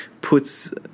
puts